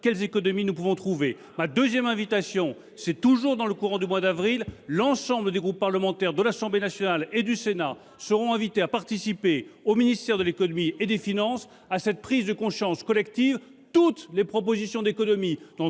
quelles économies nous pouvons trouver. Puis, toujours courant avril, l’ensemble des groupes parlementaires de l’Assemblée nationale et du Sénat seront invités à participer, au ministère de l’économie et des finances, à cette prise de conscience collective. Toutes les propositions d’économie,